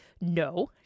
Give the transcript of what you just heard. No